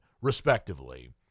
respectively